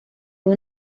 uno